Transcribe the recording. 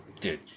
dude